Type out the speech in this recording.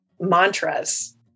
mantras